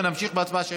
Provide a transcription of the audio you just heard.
ונמשיך בהצבעה השמית,